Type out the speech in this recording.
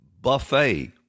buffet